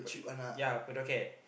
ya per docket